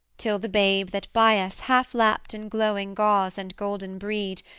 till the babe that by us, half-lapt in glowing gauze and golden brede,